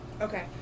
Okay